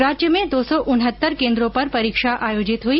राज्य मे दो सौ उन्हत्तर केन्द्रों पर परीक्षा आयोजित हई